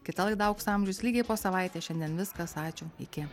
kita laida aukso amžius lygiai po savaitės šiandien viskas ačiū iki